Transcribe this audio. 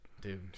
Dude